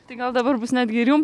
tai gal dabar bus netgi ir jum